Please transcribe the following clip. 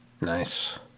Nice